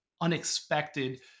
unexpected